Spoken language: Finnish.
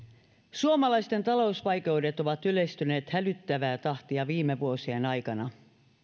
suomalaisten talousvaikeudet ovat yleistyneet hälyttävää tahtia viime vuosien aikana